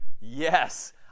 yes